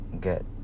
get